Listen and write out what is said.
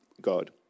God